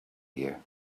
here